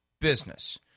business